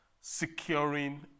securing